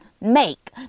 Make